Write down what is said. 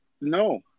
No